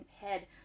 head